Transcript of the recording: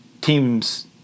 teams